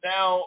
Now